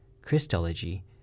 Christology